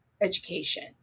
education